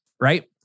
right